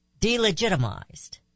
delegitimized